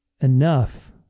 enough